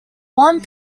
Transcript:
one